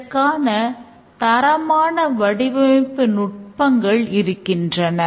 இதற்கான தரமான வடிவமைப்பு நுட்பங்கள் இருக்கின்றன